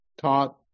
taught